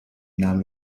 namen